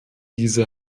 diese